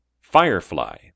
Firefly